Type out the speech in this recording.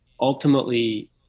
ultimately